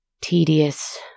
tedious